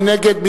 מי נגד?